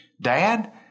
dad